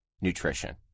nutrition